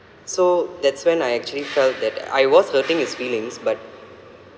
so that's when I actually felt that I was hurting his feelings but